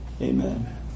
Amen